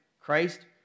Christ